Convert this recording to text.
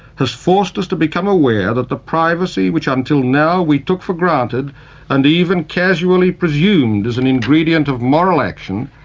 has forced us to become aware that the privacy which until now we took for granted and even casually presumed as an ingredient of moral action,